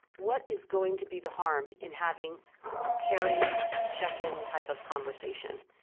what is going to be the harm in having a caring check-in type of conversation?